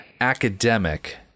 academic